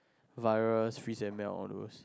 virus free and melt onwards